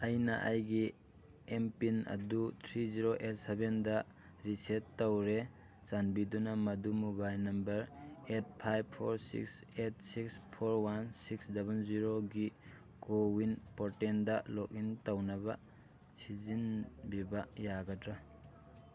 ꯑꯩꯅ ꯑꯩꯒꯤ M PIN ꯑꯗꯨ ꯊ꯭ꯔꯤ ꯖꯦꯔꯣ ꯑꯦꯠ ꯁꯚꯦꯟꯗ ꯔꯤꯁꯦꯠ ꯇꯧꯔꯦ ꯆꯥꯟꯕꯤꯗꯨꯅ ꯃꯗꯨ mobile number eight five four six eight six four one six double ꯖꯦꯔꯣꯒꯤ ꯀꯣꯋꯤꯟ ꯄꯣꯔꯇꯦꯜꯗ ꯂꯣꯒ ꯏꯟ ꯇꯧꯅꯕ ꯁꯤꯖꯤꯟꯕꯤꯕ ꯌꯥꯒꯗ꯭ꯔꯥ